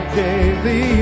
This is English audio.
daily